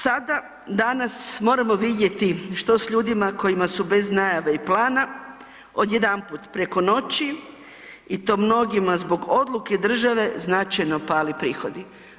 Sada, danas moramo vidjeti što s ljudima kojima su bez najave i plana, odjedanput preko noći i to mnogima zbog odluke države značajno pali prihodi.